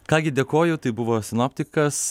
ką gi dėkoju tai buvo sinoptikas